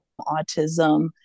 autism